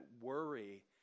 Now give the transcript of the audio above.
worry